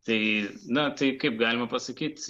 tai na tai kaip galima pasakyt